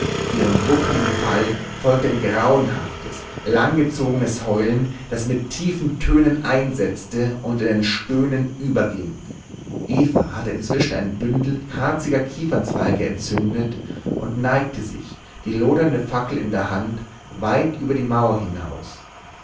ihrem wuchtigen fall folgte ein grauenhaftes langgezogenes heulen das mit tiefen tönen einsetzte und in ein stöhnen überging eva hatte inzwischen ein bündel harziger kiefernzweige entzündet und neigte sich die lodernde fackel in der hand weit über die mauer hinaus